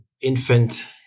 infant